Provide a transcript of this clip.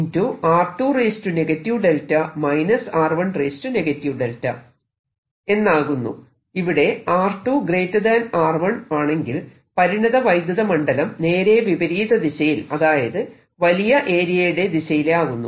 ഇവിടെ r2 r1 ആണെങ്കിൽ പരിണത വൈദ്യുത മണ്ഡലം നേരെ വിപരീത ദിശയിൽ അതായത് വലിയ ഏരിയയുടെ ദിശയിലാകുന്നു